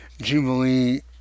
Jubilee